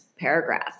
paragraph